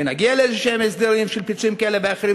ונגיע להסדרים של פיצויים כאלה ואחרים,